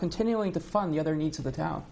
continuing to fund the other needs of the town